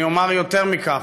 אני אומר יותר מכך: